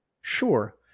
Sure